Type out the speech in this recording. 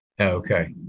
Okay